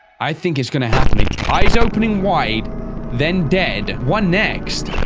i think it's gonna happen eyes opening wide then dead one next